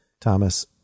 Thomas